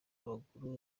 w’amaguru